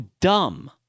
dumb